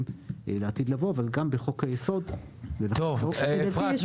לעתיד לבוא אבל גם בחוק-היסוד ----- אפרת,